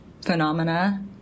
phenomena